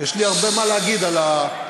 יש לי הרבה מה להגיד על הדיור.